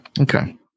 Okay